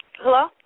hello